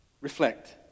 Reflect